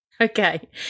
Okay